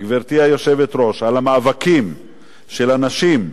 גברתי היושבת-ראש, על המאבקים של הנשים,